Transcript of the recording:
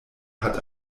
hat